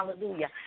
Hallelujah